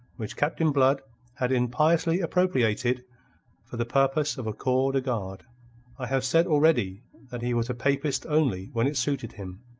which captain blood had impiously appropriated for the purpose of a corps-de-garde. i have said already that he was a papist only when it suited him.